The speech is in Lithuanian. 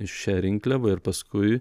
šią rinkliavą ir paskui